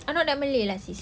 I not that malay lah sis